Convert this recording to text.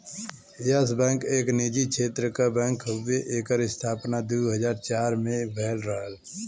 yes Bank एक निजी क्षेत्र क बैंक हउवे एकर स्थापना दू हज़ार चार में भयल रहल